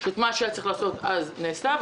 מה שהיה צריך להיעשות אז נעשה.